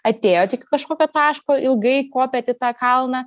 atėjot iki kažkokio taško ilgai kopėt į tą kalną